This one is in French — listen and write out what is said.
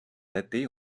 datées